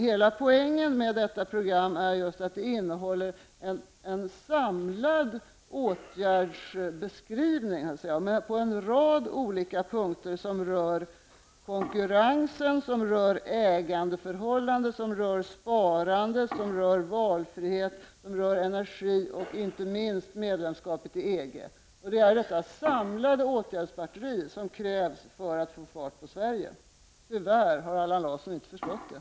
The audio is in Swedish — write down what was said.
Hela poängen med detta program är att det innehåller en samlad åtgärdsbeskrivning på en rad olika punkter som rör konkurrensen, ägandeförhållande, sparande, valfrihet, energi och inte minst medlemskapet i EG. Det är detta samlade åtgärdsbatteri som krävs för att få fart på Sverige. Tyvärr har Allan Larsson inte förstått det.